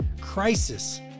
crisis